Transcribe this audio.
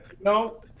no